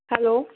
hello